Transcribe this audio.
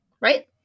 right